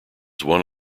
one